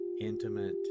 intimate